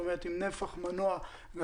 זאת אומרת אופנוע עם נפח מנוע גדול,